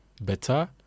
better